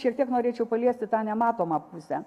šiek tiek norėčiau paliesti tą nematomą pusę